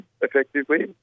effectively